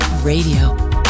Radio